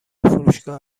فروشگاه